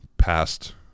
past